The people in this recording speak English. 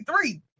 three